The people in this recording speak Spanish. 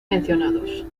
mencionados